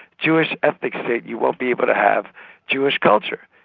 jewish ethnic state you won't be able to have jewish culture.